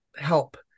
help